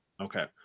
Okay